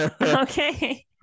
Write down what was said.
okay